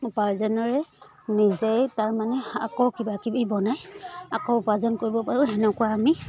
উপাৰ্জনেৰে নিজেই তাৰমানে আকৌ কিবাকিবি বনাই আকৌ উপাৰ্জন কৰিব পাৰোঁ সেনেকুৱা আমি